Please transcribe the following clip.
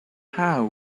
how